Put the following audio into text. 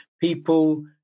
People